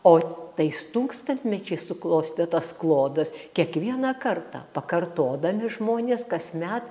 o tais tūkstantmečiais suklostė tas klodas kiekvieną kartą pakartodami žmonės kasmet